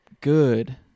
good